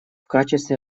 качестве